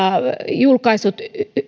julkaissut